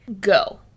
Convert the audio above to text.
go